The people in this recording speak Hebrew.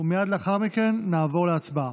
ומייד לאחר מכן נעבור להצבעה.